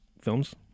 films